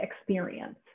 experience